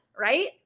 right